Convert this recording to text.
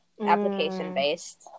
application-based